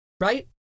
right